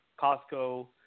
Costco